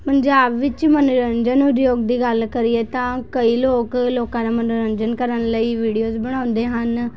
ਪੰਜਾਬ ਵਿੱਚ ਮੰਨੋਰੰਜਨ ਉਦਯੋਗ ਦੀ ਗੱਲ ਕਰੀਏ ਤਾਂ ਕਈ ਲੋਕ ਲੋਕਾਂ ਦਾ ਮੰਨੋਰੰਜਨ ਕਰਨ ਲਈ ਵੀਡੀਓਜ਼ ਬਣਾਉਂਦੇ ਹਨ